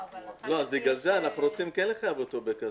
אנחנו כן רוצים לחייב אותו בקסדה.